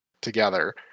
together